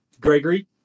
Gregory